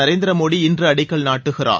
நரேந்திர மோடி இன்று அடிக்கல் நாட்டுகிறார்